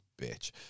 Bitch